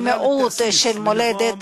מיעוט של מולדת,